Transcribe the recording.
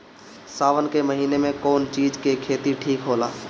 सावन के महिना मे कौन चिज के खेती ठिक होला?